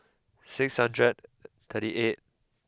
six hundred thirty eight